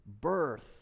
birth